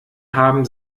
haben